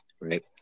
right